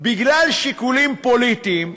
בגלל שיקולים פוליטיים,